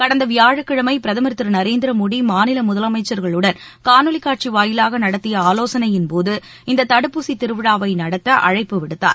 கடந்த வியாழக்கிழமை பிரதமர் திரு நரேந்திர மோடி மாநில முதலமைச்சர்களுடன் காணொலி காட்சி வாயிலாக நடத்திய ஆலோசனையின்போது இந்த தடுப்பூசி திருவிழாவை நடத்த அழைப்பு விடுத்தார்